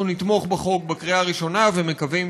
אנחנו נתמוך בחוק בקריאה הראשונה ומקווים